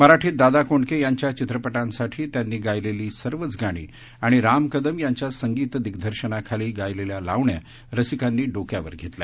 मराठीत दादा कोंडके यांच्या चित्रपटांसाठी त्यांनी गायलेली सर्वच गाणी आणि राम कदम यांच्या संगीत दिग्दर्शनाखाली गायलेल्या लावण्या रसिकांनी डोक्यावर घेतल्या